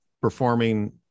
performing